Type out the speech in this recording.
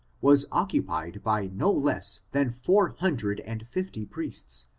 was occupied by no less than four hundred and fifty priests,